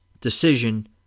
decision